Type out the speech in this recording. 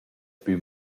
plü